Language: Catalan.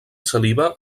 saliva